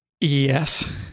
yes